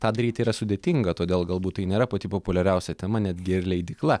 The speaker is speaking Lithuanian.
tą daryti yra sudėtinga todėl galbūt tai nėra pati populiariausia tema netgi ir leidykla